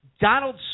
Donald